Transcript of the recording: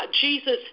Jesus